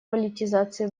политизации